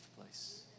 place